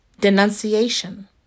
denunciation